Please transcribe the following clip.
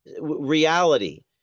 reality